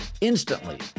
instantly